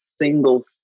single